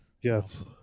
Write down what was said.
Yes